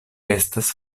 estas